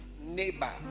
neighbor